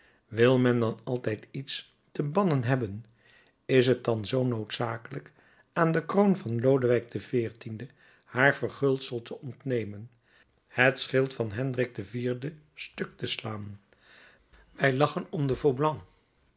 wil men dan altijd iets te bannen hebben is het dan zoo noodzakelijk aan de kroon van lodewijk xiv haar verguldsel te ontnemen het schild van hendrik iv stuk te slaan wij lachen om de